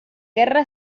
guerra